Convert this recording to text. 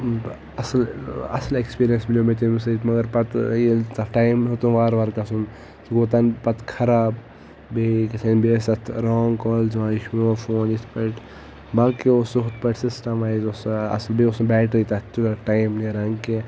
اصل ایکٕسپیٖرینٕس ملیو مےٚ تمہِ سۭتۍ مگر پتہٕ ییٚلہِ تتھ ٹایم ہیوٚتُن وارٕ وارٕ گژھُن سُہ گوٚو تمہِ پتہٕ خراب بیٚیہِ کیاہتانۍ بیٚیہِ ٲسۍ تتھ رانٛگ کالٕز یِوان یہ چھُ میون فون یِتھ پٲٹھۍ باقٕے اوس سُہ ہُتھ پٲٹھۍ سسٹم وایز اوس سُہ اصل بیٚیہِ اوس نہٕ بیٹری تتھ تیوٗتاہ ٹایِم نٮ۪ران کینٛہہ